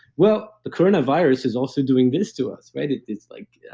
well, the coronavirus is also doing this to us. right? it's like yeah